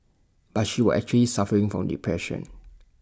but she were actually suffering from depression